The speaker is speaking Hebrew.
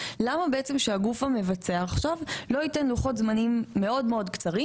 למה שהגוף המבצע לא ייתן לוחות זמנים מאוד מאוד קצרים,